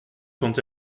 sont